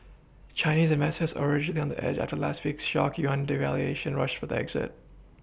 Chinese investors already on the edge after last week's shock yuan devaluation rushed for the exit